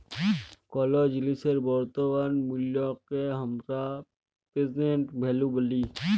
কোলো জিলিসের বর্তমান মুল্লকে হামরা প্রেসেন্ট ভ্যালু ব্যলি